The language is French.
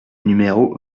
numéro